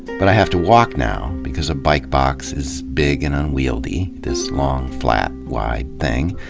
but i have to walk now, because a bike box is big and unwieldy, this long, flat, wide thing,